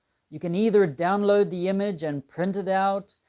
you can either download the image and print it out,